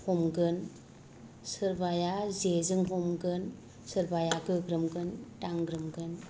हमगोन सोरबाया जेजों हमगोन सोरबाया गोग्रोमगोन दांग्रोमगोन